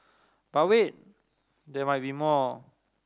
but wait there might be more